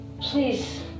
please